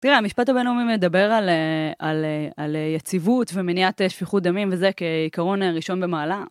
תראה, המשפט הבינלאומי מדבר על יציבות ומניעת שפיכות דמים וזה כעיקרון ראשון במעלה.